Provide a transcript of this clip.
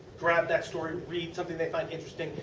grab that story, reading something they find interesting.